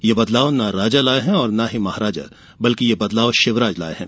यह बदलाव ना राजा लाये और ना ही महाराजा बल्कि बदलाव शिवराज लाये हैं